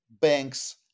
banks